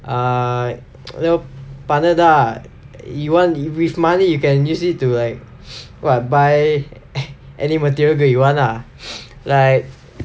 err பணதா:panathaa you want with money you can use it to like !wah! buy any material good you want lah like